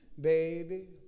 baby